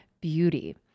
beauty